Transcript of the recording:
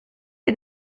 est